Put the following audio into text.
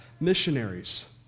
missionaries